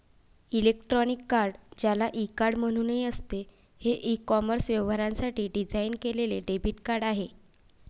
electronic card, ज्याला e card म्हणूनही असते, हे ई कॉमर्स व्यवहारांसाठी डिझाइन केलेले डेबिट कार्ड आहे